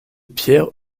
pierre